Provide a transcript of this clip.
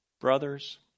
brothers